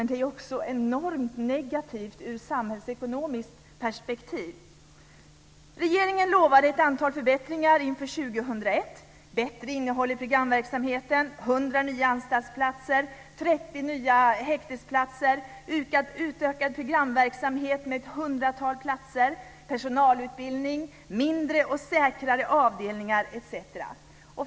Det är också enormt negativt ur ett samhällsekonomiskt perspektiv. Regeringen lovade ett antal förbättringar inför år nya anstaltsplatser, 30 nya häktesplatser, utökad programverksamhet med ett hundratal platser, personalutbildning, mindre och säkrare avdelningar etc.